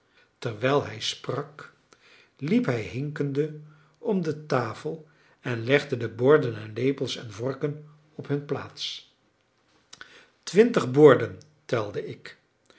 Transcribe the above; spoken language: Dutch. terwijl hij sprak liep hij hinkende om de tafel en legde de borden en lepels en vorken op hun plaats twintig borden telde ik